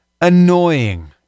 annoying